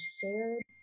shared